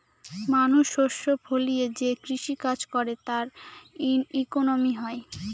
মানুষ শস্য ফলিয়ে যে কৃষি কাজ করে তার ইকোনমি হয়